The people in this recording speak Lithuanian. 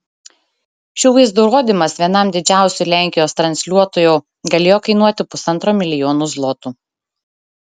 šių vaizdų rodymas vienam didžiausių lenkijos transliuotojų galėjo kainuoti pusantro milijonų zlotų